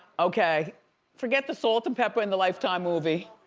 okay forget the salt-n-pepa and the lifetime movie.